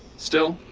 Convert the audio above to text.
still,